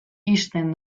ixten